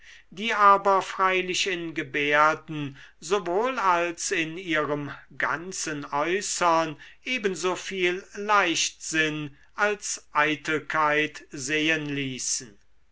die aber freilich in gebärden sowohl als in ihrem ganzen äußern ebensoviel leichtsinn als eitelkeit sehen ließen